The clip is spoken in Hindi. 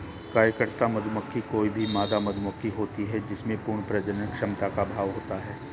कार्यकर्ता मधुमक्खी कोई भी मादा मधुमक्खी होती है जिसमें पूर्ण प्रजनन क्षमता का अभाव होता है